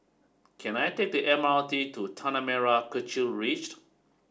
can I take the M R T to Tanah Merah Kechil Ridge